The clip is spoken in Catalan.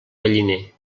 galliner